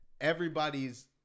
everybody's